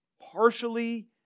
partially